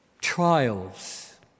trials